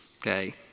okay